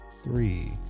three